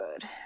good